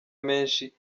menshi